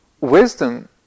wisdom